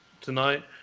tonight